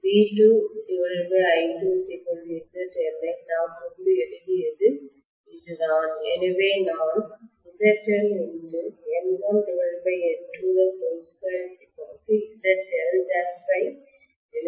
V2I2 ZL ஐ நாம் முன்பு எழுதியது இதுதான் எனவே நான் ZLN1N22ZL ஐ எழுத முடியும்